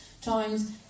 times